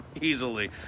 Easily